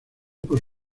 por